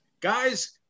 Guys